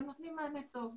והם נותנים מענה טוב.